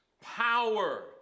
power